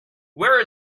where